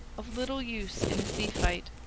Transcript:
of little use in a sea-fight.